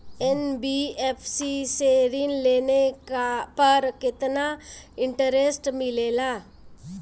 NBFC से ऋण लेने पर केतना इंटरेस्ट मिलेला?